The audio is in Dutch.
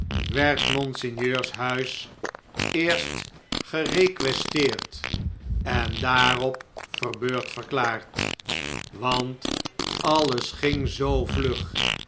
werd monseigneurs huis eerst gerequestreerd en daarop verbeurdverklaard want alles ging zoo vlug